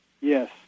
Yes